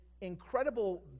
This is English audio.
incredible